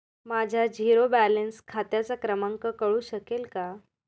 माझ्या zero balance खात्याचा क्रमांक कळू शकेल का?